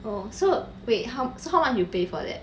oh so wait how so how much you pay for that